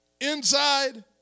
inside